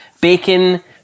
bacon